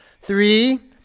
Three